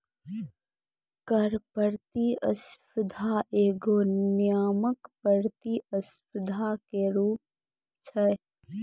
कर प्रतिस्पर्धा एगो नियामक प्रतिस्पर्धा के रूप छै